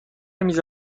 میز